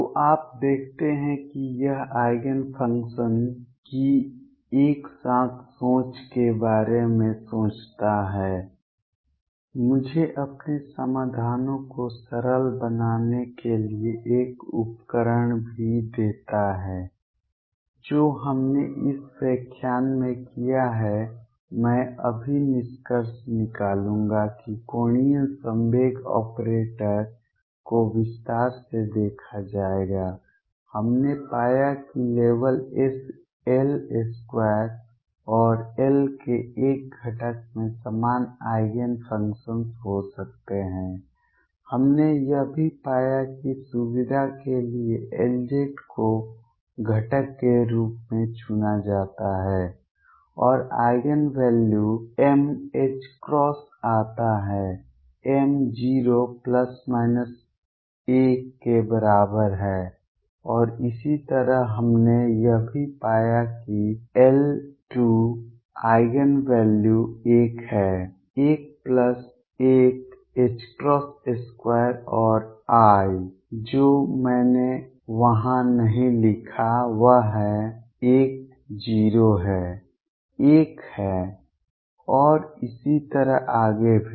तो आप देखते हैं कि यह आइगेन फंक्शन्स की एक साथ सोच के बारे में सोचता है मुझे अपने समाधानों को सरल बनाने के लिए एक उपकरण भी देता है जो हमने इस व्याख्यान में किया है मैं अभी निष्कर्ष निकालूंगा कि कोणीय संवेग ऑपरेटर को विस्तार से देखा जाएगा हमने पाया कि केवल L2 और L के एक घटक में समान आइगेन फंक्शन्स हो सकते हैं हमने यह भी पाया है कि सुविधा के लिए Lz को घटक के रूप में चुना जाता है और आइगेन वैल्यू m आता है m 0 ± 1 के बराबर है और इसी तरह हमने यह भी पाया कि L2 आइगेन वैल्यू l हैं l12 और I जो मैंने वहां नहीं लिखा वह है l 0 है 1 है और इसी तरह आगे भी